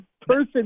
person